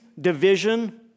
division